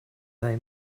they